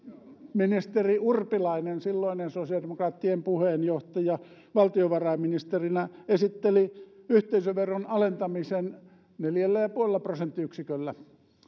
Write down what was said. ministeri urpilainen silloinen sosiaalidemokraattien puheenjohtaja valtiovarainministerinä esitteli yhteisöveron alentamisen neljällä pilkku viidellä prosenttiyksiköllä